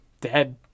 dead